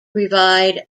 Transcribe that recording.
provide